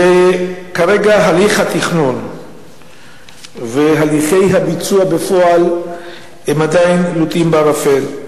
וכרגע הליך התכנון והליכי הביצוע בפועל עדיין לוטים בערפל.